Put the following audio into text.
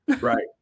Right